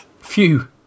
Phew